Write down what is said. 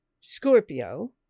Scorpio